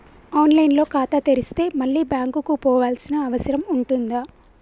On line లో ఖాతా తెరిస్తే మళ్ళీ బ్యాంకుకు పోవాల్సిన అవసరం ఉంటుందా?